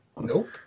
Nope